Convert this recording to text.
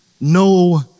no